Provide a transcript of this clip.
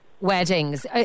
weddings